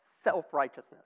self-righteousness